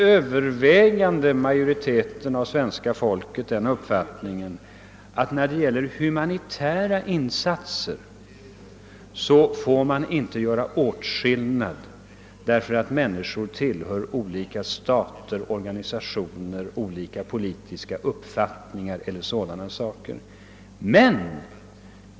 övervägande majoriteten av det svenska folket, har den uppfatt: ningen att man när det gäller humanitära insatser inte får göra åtskillnad med hänsyn till att människorna tillhör olika stater och olika organisationer eller därför att de har olika politiska uppfattningar o.s.v.